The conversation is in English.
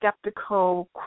skeptical